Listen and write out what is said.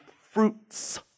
fruits